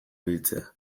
ibiltzea